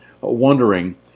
wondering